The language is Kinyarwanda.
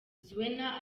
zuena